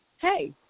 Hey